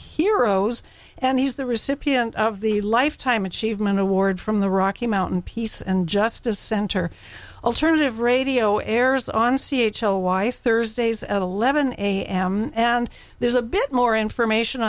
heroes and he's the recipient of the lifetime achievement award from the rocky mountain peace and justice center alternative radio airs on c h l wife thursdays at eleven am and there's a bit more information